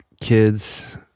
kids